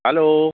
hello